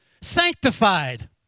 sanctified